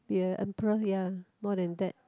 be a emperor ya more than that